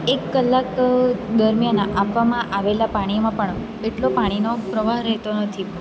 એક કલાક દરમિયાન આપવામાં આવેલાં પાણીમાં પણ એટલો પાણીનો પ્રવાહ રહેતો નથી